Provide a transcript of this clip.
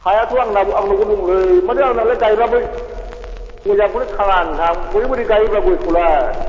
हायाथ' आंनाव आंनावबो दङलै माथो आंनालाय गायबाबो मोजांखौनो थाङा नोंथां बोरै बोरै गायोब्रा गयखौलाय